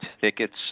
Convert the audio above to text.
tickets